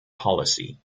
policy